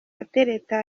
atereta